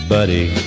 Buddy